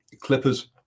Clippers